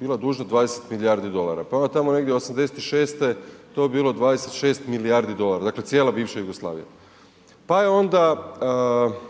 bila dužna 20 milijardi dolara, pa onda tamo negdje '86. to je bilo 26 milijardi dolara, dakle cijela bivša Jugoslavija, pa je onda